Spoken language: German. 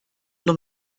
nur